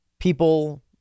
people